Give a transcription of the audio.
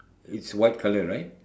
it's white colour right